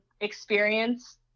experience